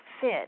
fit